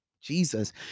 Jesus